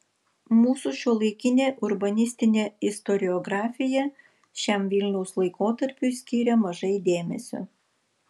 mūsų šiuolaikinė urbanistinė istoriografija šiam vilniaus laikotarpiui skiria mažai dėmesio